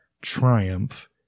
Triumph